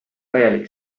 täielik